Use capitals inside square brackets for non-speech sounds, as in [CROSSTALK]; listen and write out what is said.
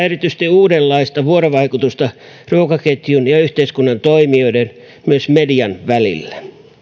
[UNINTELLIGIBLE] erityisesti uudenlaista vuorovaikutusta ruokaketjun ja yhteiskunnan toimijoiden myös median välillä